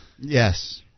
Yes